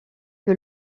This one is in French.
que